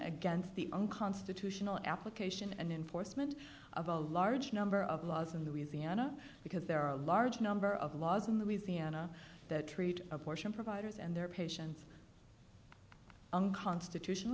against the unconstitutional application and enforcement of a large number of laws in louisiana because there are a large number of laws in the easy ana that treat abortion providers and their patients unconstitutional